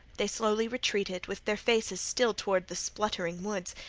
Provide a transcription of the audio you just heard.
they slowly retreated, with their faces still toward the spluttering woods,